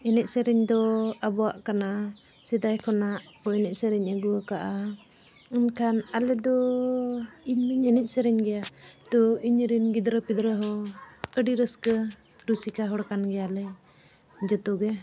ᱮᱱᱮᱡᱼᱥᱮᱨᱮᱧ ᱫᱚ ᱟᱵᱚᱣᱟᱜ ᱠᱟᱱᱟ ᱥᱮᱫᱟᱭ ᱠᱷᱚᱱᱟᱜ ᱠᱚ ᱮᱱᱮᱡᱼᱥᱮᱨᱮᱧ ᱟᱹᱜᱩ ᱟᱠᱟᱫᱟ ᱮᱱᱠᱷᱟᱱ ᱟᱞᱮ ᱫᱚᱻ ᱤᱧᱢᱟᱧ ᱮᱱᱮᱡᱼᱥᱮᱨᱮᱧ ᱜᱮᱭᱟ ᱛᱳ ᱤᱧᱨᱮᱱ ᱜᱤᱫᱽᱨᱟᱹᱼᱯᱤᱫᱽᱨᱟᱹ ᱦᱚᱸ ᱟᱹᱰᱤ ᱨᱟᱹᱥᱠᱟᱹ ᱨᱩᱥᱤᱠᱟ ᱦᱚᱲ ᱠᱟᱱ ᱜᱮᱭᱟᱞᱮ ᱡᱚᱛᱚ ᱜᱮ